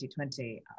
2020